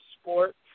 sport